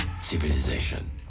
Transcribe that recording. Civilization